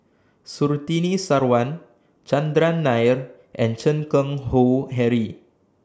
Surtini Sarwan Chandran Nair and Chan Keng Howe Harry